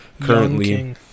currently